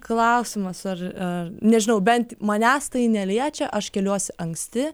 klausimas ar ar nežinau bent manęs tai neliečia aš keliuosi anksti